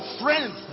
friends